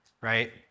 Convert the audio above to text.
right